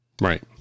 Right